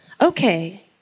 Okay